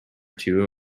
two